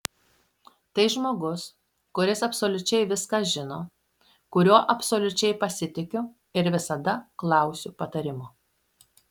tai žmogus kuris absoliučiai viską žino kuriuo absoliučiai pasitikiu ir visada klausiu patarimo